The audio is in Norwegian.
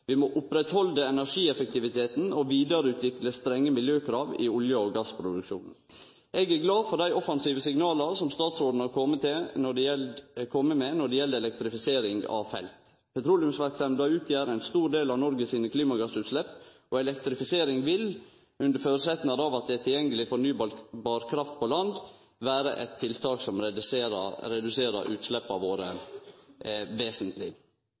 vidareutvikle strenge miljøkrav i olje- og gassproduksjonen. Eg er glad for dei offensive signala som statsråden har kome med når det gjeld elektrifisering av felt. Petroleumsverksemda utgjer ein stor del av klimagassutsleppa i Noreg, og elektrifisering vil, under føresetnad av at det er tilgjengeleg fornybar kraft på land, vere eit tiltak som reduserer utsleppa våre vesentleg.